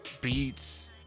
beats